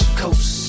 coast